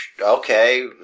Okay